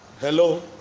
Hello